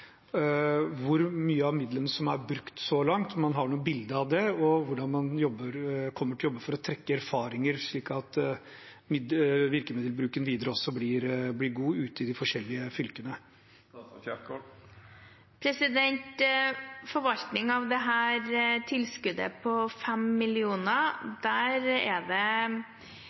hvor mye av midlene som er brukt så langt, om man har noe bilde av det, og hvordan man kommer til å jobbe for å trekke erfaringer, slik at virkemiddelbruken videre også blir god ute i de forskjellige fylkene? Når det gjelder forvaltningen av dette tilskuddet på